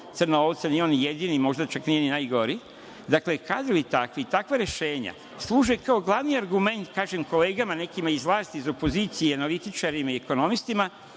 crna ovca, nije on jedini, možda čak nije ni najgori, dakle, kadrovi takvi, takva rešenja služe kao glavni argument kolegama nekima iz vlasti i iz opozicije, analitičarima i ekonomistima,